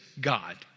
God